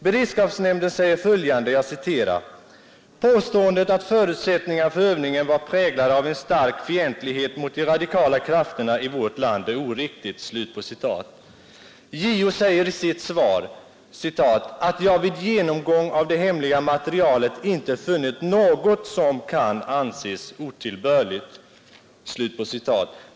Beredskapsnämnden säger bl.a. följande: ”Påståendet att förutsättningarna för övningen var präglade av en stark fientlighet mot de radikala krafterna i vårt land är oriktigt.” JO säger i sitt svar bl.a. ”att jag vid min genomgång av det hemliga materialet inte funnit något som kan anses otillbörligt ———".